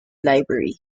library